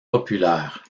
populaire